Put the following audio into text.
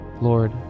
Lord